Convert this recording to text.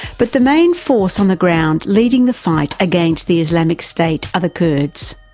but the main force on the ground leading the fight against the islamic state are the kurds.